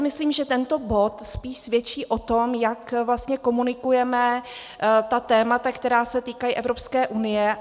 Myslím si, že tento bod spíš svědčí o tom, jak vlastně komunikujeme témata, která se týkají Evropské unie.